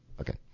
Okay